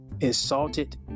insulted